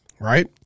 right